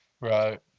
Right